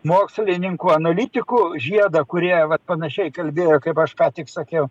mokslininkų analitikų žiedą kurie vat panašiai kalbėjo kaip aš ką tik sakiau